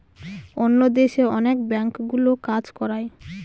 অন্য দেশে অনেক ব্যাঙ্কগুলো কাজ করায়